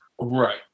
Right